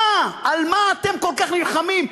על מה אתם כל כך נלחמים?